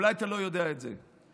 אולי אתה לא יודע את זה,